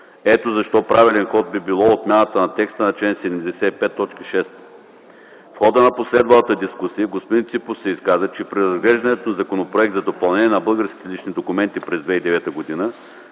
Ето защо правилен ход би било отмяната на текста на чл. 75, т. 6. В хода на последвалата дискусия господин Ципов се изказа, че при разглеждането на Законопроект за допълнение на Закона за българските лични документи през 2009 г.